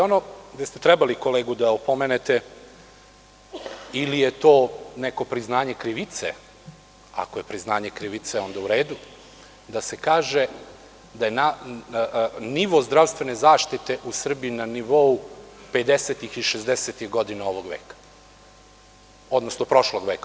Ono gde ste trebali kolegu da opomenete, ili je to neko priznanje krivice, ako je priznanje krivice onda u redu, da se kaže da je nivo zdravstvene zaštite u Srbiji na nivou pedesetih i šezdesetih godina ovog veka, odnosno prošlog veka.